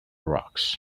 rocks